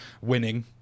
winning